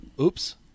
Oops